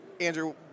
Andrew